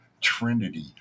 Trinity